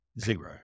Zero